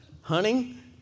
hunting